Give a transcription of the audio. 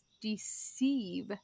deceive